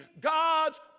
God's